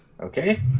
Okay